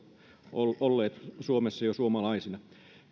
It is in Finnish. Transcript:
olleet olleet jo suomalaisina